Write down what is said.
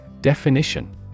Definition